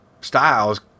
styles